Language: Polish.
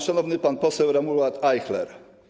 Szanowny pan poseł Romuald Ajchler.